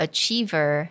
Achiever